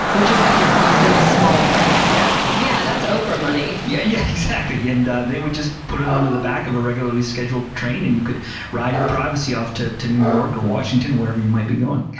which is like the cost of a small, small, private jet. yeah that's oprah money. yeah yes, exactly. and they would just put it onto the back of a regularly scheduled train and you could ride in privacy off to to new york or washington, wherever you might be going.